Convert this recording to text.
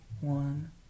one